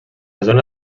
zona